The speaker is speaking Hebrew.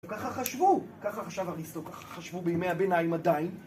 ככה חשבו, ככה חשב אריסטו, ככה חשבו בימי הביניים עדיין.